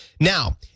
now